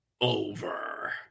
over